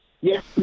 Yes